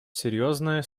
серьезные